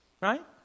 right